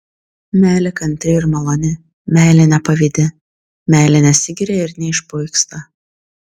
meilė kantri ir maloni meilė nepavydi meilė nesigiria ir neišpuiksta